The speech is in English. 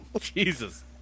Jesus